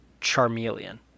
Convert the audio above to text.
Charmeleon